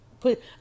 put